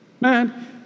Man